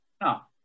Now